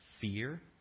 fear